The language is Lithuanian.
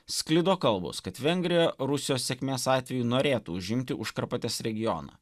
sklido kalbos kad vengrija rusijos sėkmės atveju norėtų užimti užkarpatės regioną